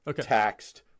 taxed